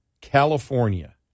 California